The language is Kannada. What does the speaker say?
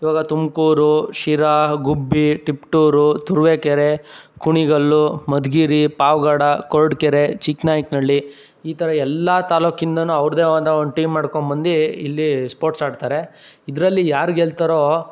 ಇವಾಗ ತುಮಕೂರು ಶಿರಾ ಗುಬ್ಬಿ ತಿಪಟೂರು ತುರುವೇಕೆರೆ ಕುಣಿಗಲ್ ಮಧುಗಿರಿ ಪಾವಗಡ ಕೊರಟ್ಗೆರೆ ಚಿಕ್ಕನಾಯಕ್ನಳ್ಳಿ ಈ ಥರ ಎಲ್ಲ ತಾಲೂಕಿಂದನು ಅವ್ರದ್ದೇ ಆದ ಒಂದು ಟೀಮ್ ಮಾಡ್ಕೊಂಬಂದು ಇಲ್ಲಿ ಸ್ಪೋರ್ಟ್ಸ್ ಆಡ್ತಾರೆ ಇದರಲ್ಲಿ ಯಾರು ಗೆಲ್ತಾರೋ